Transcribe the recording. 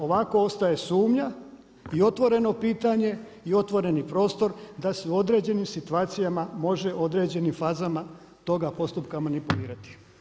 Ovako ostaje sumnja i otvoreno pitanje i otvoreni prostor da se u određenim situacijama može u određenim faza toga postupka manipulirati.